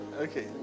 okay